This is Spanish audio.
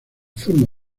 forma